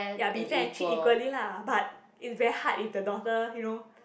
ya be fair and treat equally lah but it's very hard if the daughter you know